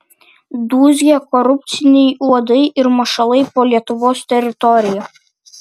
dūzgia korupciniai uodai ir mašalai po lietuvos teritoriją